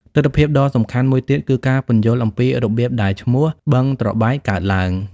ទិដ្ឋភាពដ៏សំខាន់មួយទៀតគឺការពន្យល់អំពីរបៀបដែលឈ្មោះ "បឹងត្របែក" កើតឡើង។